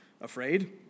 afraid